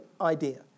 idea